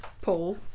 Paul